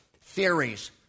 theories